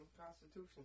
Constitution